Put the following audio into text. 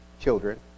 children